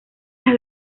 las